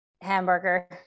Hamburger